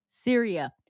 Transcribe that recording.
Syria